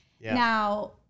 Now